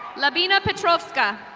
lamina patroska.